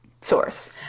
source